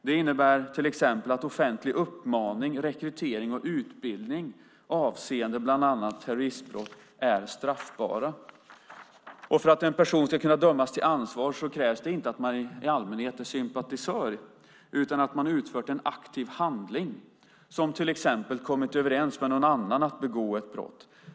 Det innebär till exempel att "offentlig uppmaning, rekrytering och utbildning avseende bland annat terroristbrott" är straffbara. För att en person ska kunna dömas till ansvar krävs det inte att man i allmänhet är sympatisör utan att man utfört en aktiv handling, som till exempel kommit överens med någon annan att begå ett brott.